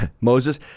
Moses